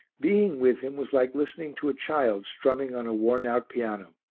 being with him was like listening to a child strumming on a worn-out piano.